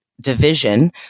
Division